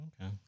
Okay